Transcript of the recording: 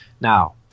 Now